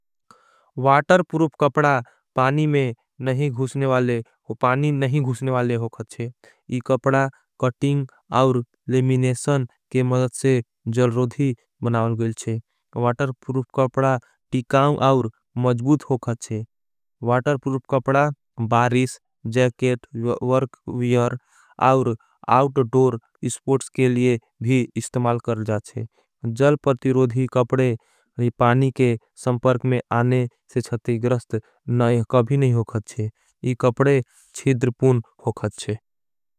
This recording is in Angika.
वाटर पुरुफ कपड़ा पानी में नहीं घूशने वाले होगत है। इस कपड़ा कटिंग और लेमिनेशन के मदद से जल। रोधी बनावल गया है वाटर पुरुफ कपड़ा टिकाउं। और मजबूत होगत है वाटर पुरुफ कपड़ा बारिश जैकेट। वर्क वियर और आउटोर स्पोर्ट के लिए भी इस्तेमाल कर। जा जाचे जल परतिरोधी कपड़े पानी के संपर्क में आने से। चत्री गरस्त कभी नहीं होगत है इस कपड़े छिद्र पुन होगत है।